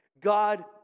God